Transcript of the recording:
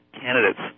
candidates